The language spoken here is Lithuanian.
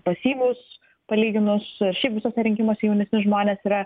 pasyvūs palyginus šiaip visusuose rinkimuose jaunesni žmonės yra